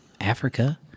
Africa